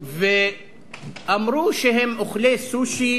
ואמרו שהם אוכלי סושי